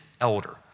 elder